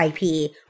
IP